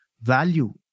value